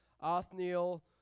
Othniel